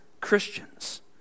Christians